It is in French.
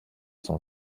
son